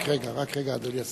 רק רגע, רק רגע, אדוני השר.